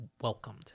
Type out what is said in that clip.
welcomed